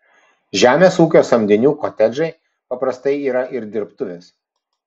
žemės ūkio samdinių kotedžai paprastai yra ir dirbtuvės